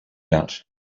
about